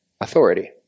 authority